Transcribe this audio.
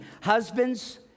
husbands